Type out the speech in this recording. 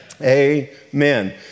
Amen